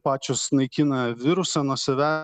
pačios naikina virusą nuo save